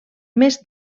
més